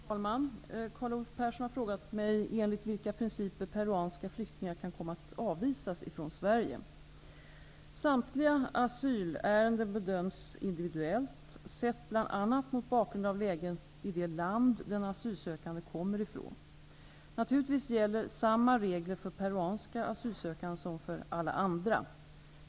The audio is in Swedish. Herr talman! Carl Olov Persson har frågat mig enligt vilka principer peruanska flyktingar kan komma att avvisas från Sverige. Samtliga asylärenden bedöms individuellt, sett bl.a. mot bakgrund av läget i det land den asylsökande kommer ifrån. Naturligtvis gäller samma regler för peruanska asylsökande som för alla andra.